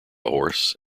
horse